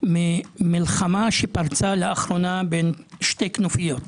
ממלחמה שפרצה לאחרונה בין שתי כנופיות.